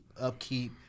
upkeep